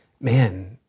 man